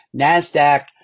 NASDAQ